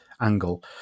angle